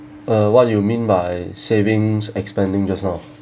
uh what do you mean by savings expanding just now